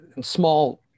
small